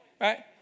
Right